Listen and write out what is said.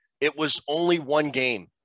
it-was-only-one-game